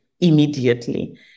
immediately